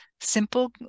simple